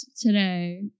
today